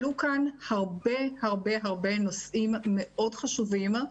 עלו כאן הרבה הרבה נושאים מאוד חשובים,